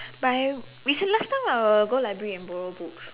but I recent~ last time I will go library and borrow books